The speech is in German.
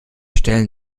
stellen